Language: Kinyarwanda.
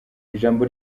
ijambo